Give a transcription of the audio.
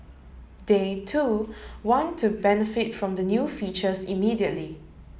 they too want to benefit from the new features immediately